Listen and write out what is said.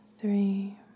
three